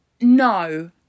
no